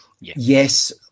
yes